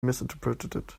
misinterpreted